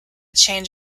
change